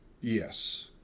Yes